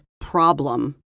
problem